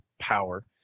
power